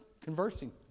conversing